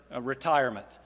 retirement